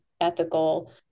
ethical